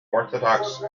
orthodox